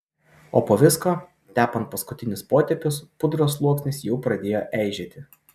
o po visko tepant paskutinius potėpius pudros sluoksnis jau pradėjo eižėti